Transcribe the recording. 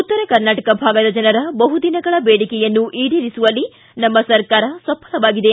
ಉತ್ತರ ಕರ್ನಾಟಕ ಭಾಗದ ಜನರ ಬಹುದಿನಗಳ ಬೇಡಿಕೆಯನ್ನು ಈಡೇರಿಸುವಲ್ಲಿ ನಮ್ನ ಸರ್ಕಾರ ಸಫಲವಾಗಿದೆ